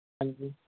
ਹਾਂਜੀ